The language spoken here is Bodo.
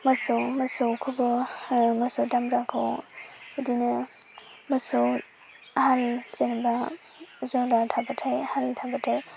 मोसौ मोसौखौबो मोसौ दामब्राखौ बिदिनो मोसौ हाल जेनबा जरा थाबाथाय हाल थाबाथाय